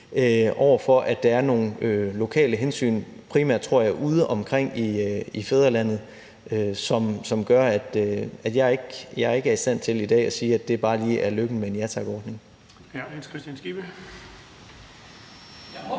over for at der er nogle lokale hensyn primært, tror jeg, udeomkring i fædrelandet, som gør, at jeg ikke er i stand til i dag at sige, at det bare lige er lykken med en Ja Tak-ordning.